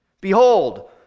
Behold